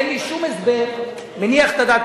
אין לי שום הסבר מניח את הדעת.